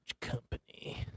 Company